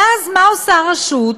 ואז, מה עושה הרשות?